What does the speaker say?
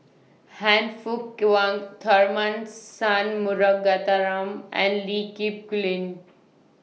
Han Fook Kwang Tharman Shanmugaratnam and Lee Kip Lin